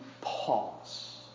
pause